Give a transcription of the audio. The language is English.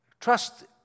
Trust